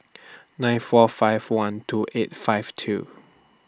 nine four five one two eight five two